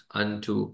unto